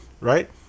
right